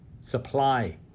supply